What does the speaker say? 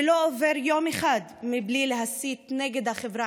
שלא עובר יום אחד מבלי להסית נגד החברה